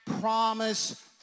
promise